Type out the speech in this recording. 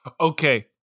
Okay